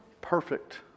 perfect